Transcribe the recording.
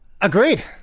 Agreed